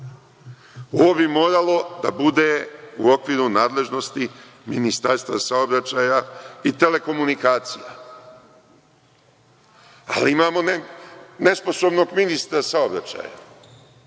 Ovo bi moralo da bude u okviru nadležnosti Ministarstva saobraćaja i telekomunikacija, ali imamo nesposobnog ministra saobraćaja.